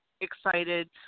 excited